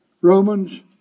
Romans